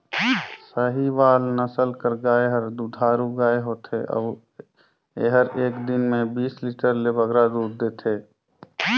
साहीवाल नसल कर गाय हर दुधारू गाय होथे अउ एहर एक दिन में बीस लीटर ले बगरा दूद देथे